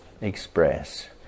express